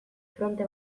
fronte